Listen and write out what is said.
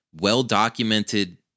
well-documented